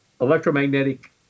electromagnetic